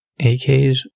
AKs